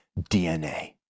DNA